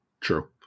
True